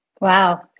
Wow